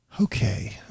okay